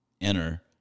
enter